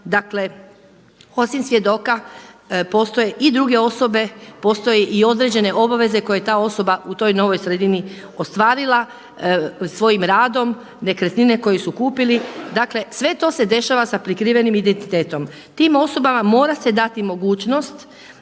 dakle osim svjedoka postoje i druge osobe, postoje i određene obveze koje ta osoba u toj novoj sredini ostvarila svojim radom, nekretnine koje su kupili. Dakle sve to se dešava sa prikrivenim identitetom. Tim osobama mora se dati mogućnost